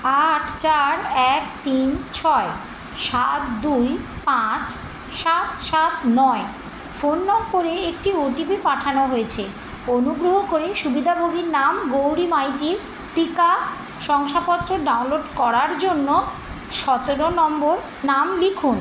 আট চার এক তিন ছয় সাত দুই পাঁচ সাত সাত নয় ফোন নম্বরে একটি ওটিপি পাঠানো হয়েছে অনুগ্রহ করে সুবিধাভোগীর নাম গৌরী মাইতির টিকা শংসাপত্র ডাউনলোড করার জন্য সতেরো নম্বর নাম লিখুন